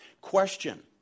Question